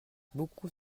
beaucoup